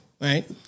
right